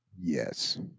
Yes